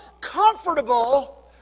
comfortable